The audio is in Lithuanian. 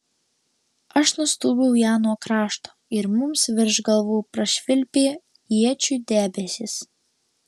aš nustūmiau ją nuo krašto ir mums virš galvų prašvilpė iečių debesis